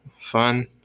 fun